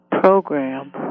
program